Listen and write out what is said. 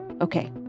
Okay